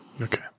Okay